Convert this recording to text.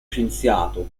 scienziato